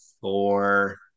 four